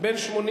בין 80